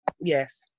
Yes